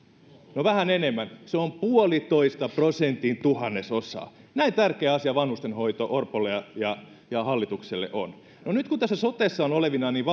no vähän enemmän se on puolitoista prosentin tuhannesosaa näin tärkeä asia vanhustenhoito orpolle ja ja hallitukselle on no nyt vaikka tässä sotessa on olevinaan niin